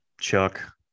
Chuck